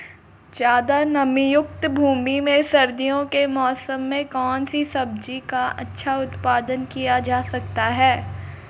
ज़्यादा नमीयुक्त भूमि में सर्दियों के मौसम में कौन सी सब्जी का अच्छा उत्पादन किया जा सकता है?